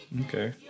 Okay